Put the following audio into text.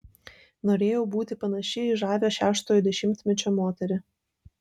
norėjau būti panaši į žavią šeštojo dešimtmečio moterį